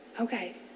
Okay